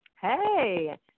Hey